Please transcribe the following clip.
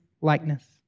likeness